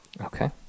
Okay